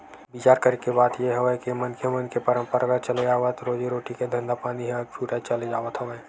बिचार करे के बात ये हवय के मनखे मन के पंरापरागत चले आवत रोजी रोटी के धंधापानी ह अब छूटत चले जावत हवय